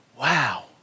wow